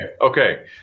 okay